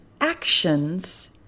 actions